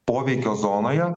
poveikio zonoje